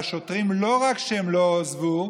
והשוטרים, לא רק שהם לא עזבו,